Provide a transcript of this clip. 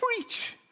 preach